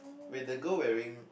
wait the girl wearing